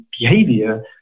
behavior